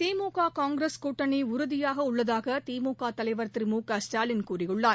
திமுக காங்கிரஸ் கூட்டணி உறுதியாக உள்ளதாக திமுக தலைவர் திரு மு க ஸ்டாலின் கூறியுள்ளார்